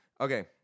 okay